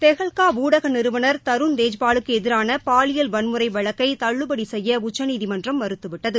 தெஹல்கா ஊடக நிறுவனர் தருண் தேஜ்பாலுக்கு எதிரான பாலியல் வன்முறை வழக்கை தள்ளுபடி செய்ய உச்சநீதிமன்றம் மறுத்துவிட்டது